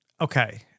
Okay